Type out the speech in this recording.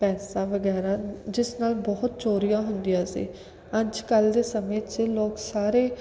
ਪੈਸਾ ਵਗੈਰਾ ਜਿਸ ਨਾਲ ਬਹੁਤ ਚੋਰੀਆਂ ਹੁੰਦੀਆਂ ਸੀ ਅੱਜ ਕੱਲ੍ਹ ਦੇ ਸਮੇਂ 'ਚ ਲੋਕ ਸਾਰੇ